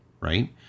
right